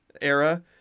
era